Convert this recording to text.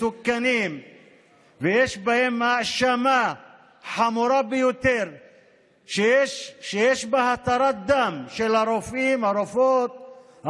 מסוכנים ויש בהם האשמה חמורה ביותר שיש בה התרת דם של הרופאים והרופאות,